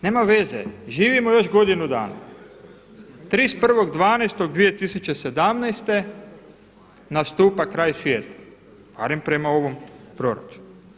Nema veze, živimo još godinu dana, 31.12.2017. nastupa kraj svijeta barem prema ovom proračunu.